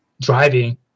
driving